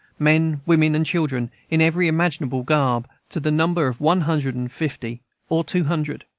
men, women, and children, in every imaginable garb, to the number of one hundred and fifty or two hundred.